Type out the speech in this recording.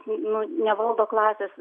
nu nevaldo klasės